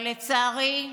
אבל לצערי,